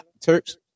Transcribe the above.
Turks